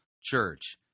Church